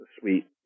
suite